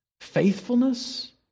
faithfulness